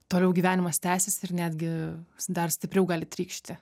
toliau gyvenimas tęsiasi ir netgi dar stipriau gali trykšti